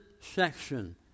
section